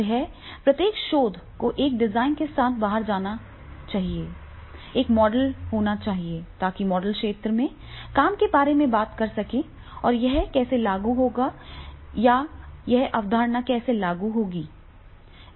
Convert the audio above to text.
अंततः प्रत्येक शोध को एक डिजाइन के साथ बाहर आना चाहिए एक मॉडल होना चाहिए ताकि मॉडल क्षेत्र के काम के बारे में बात कर सके और यह कैसे लागू होगा या यह अवधारणा कैसे लागू होगी